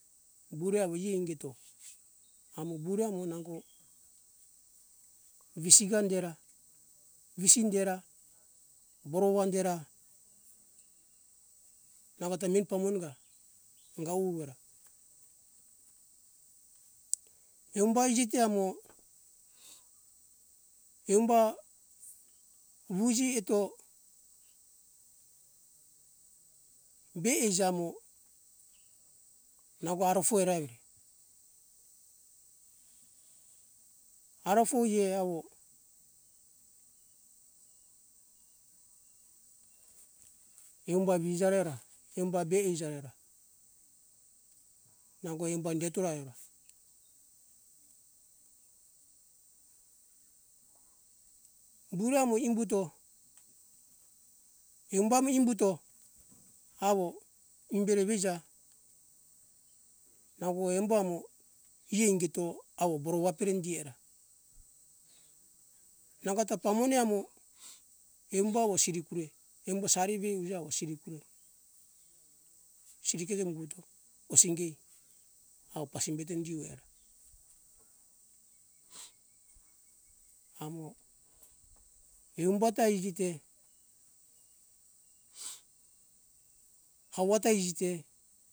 Bure avo ie ingeto amo bure amo nango visiga indera visi indera borova hinde ra nango ta meni pamone ga, anga ue vuvera eumba iji te amo eumba vuji eto be eija mo nango arofo eora vire arofo ie avo, eumba vija ro eora eumba be eija ro eora, nango eumba hinde tora eora, bure amo imbuto, eumba mo eumbuto avo imbere veija nango embo amo i ei ingeto borova pere hindi eora, nango ta pamone amo eumba avo siri kurue, eumba sari veuja avo siri kurue, siriketo humbuto ongesiei awo pasimbeto hindi eora amo eumba ta iji te hauva ta iji te